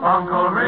Uncle